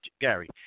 Gary